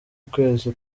ukwezi